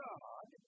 God